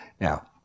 Now